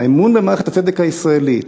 האמון במערכת הצדק הישראלית,